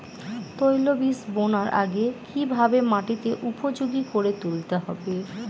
তৈলবীজ বোনার আগে কিভাবে মাটিকে উপযোগী করে তুলতে হবে?